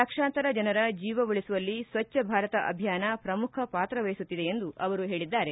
ಲಕ್ಷಾಂತರ ಜನರ ಜೀವ ಉಳಿಸುವಲ್ಲಿ ಸ್ವಚ್ಛ ಭಾರತ ಅಭಿಯಾನ ಪ್ರಮುಖ ಪಾತ್ರ ವಹಿಸುತ್ತಿದೆ ಎಂದು ಅವರು ಹೇಳಿದ್ದಾರೆ